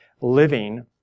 living